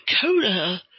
Dakota